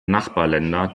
nachbarländer